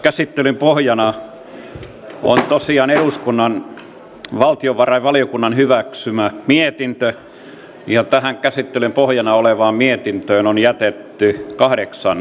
käsittelyn pohjana on tosiaan eduskunnan valtiovarainvaliokunnan hyväksymä mietintö ja tähän käsittelyn pohjana olevaan mietintöön on jätetty kahdeksan vastalausetta